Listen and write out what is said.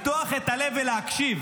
לפתוח את הלב ולהקשיב,